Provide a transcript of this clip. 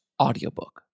audiobook